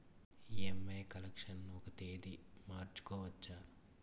EMI collection ఒక తేదీ మార్చుకోవచ్చా?